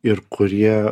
ir kurie